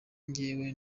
njyewe